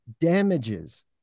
Damages